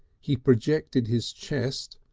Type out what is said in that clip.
he projected his chest,